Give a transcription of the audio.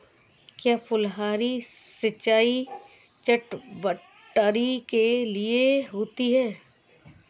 क्या फुहारी सिंचाई चटवटरी के लिए अच्छी होती है?